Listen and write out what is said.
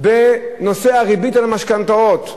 בנושא הריבית על משכנתאות,